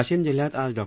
वाशीम जिल्ह्यात आज डॉ